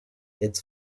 its